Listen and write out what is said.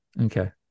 Okay